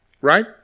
Right